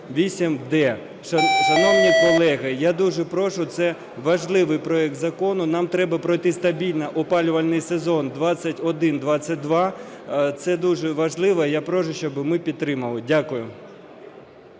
Шановні колеги, я дуже прошу, це важливий проект закону. Нам треба пройти стабільно опалювальний сезон 2021-2022. Це дуже важливо. Я прошу, щоб ми підтримали. Дякую.